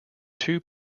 two